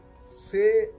Say